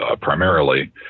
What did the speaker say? primarily